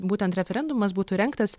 būtent referendumas būtų rengtas